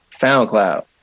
SoundCloud